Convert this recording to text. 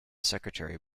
secretary